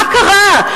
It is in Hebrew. מה קרה?